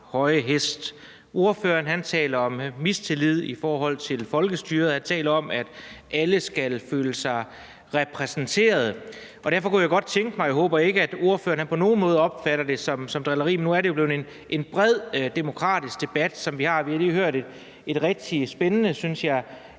høje hest. Ordføreren taler om mistillid i forhold til folkestyret, og han taler om, at alle skal føle sig repræsenteret. Og jeg håber ikke, at ordføreren på nogen måde opfatter det som drilleri, men nu er det jo blevet en bred demokratisk debat, som vi har, og vi har – synes jeg – lige hørt et rigtig spændende indlæg